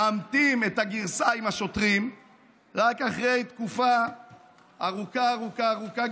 מעמתים את הגרסה עם השוטרים רק אחרי תקופה ארוכה ארוכה ארוכה.